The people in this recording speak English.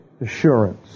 assurance